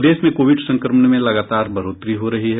प्रदेश में कोविड संक्रमण में लगातार बढ़ोतरी हो रही है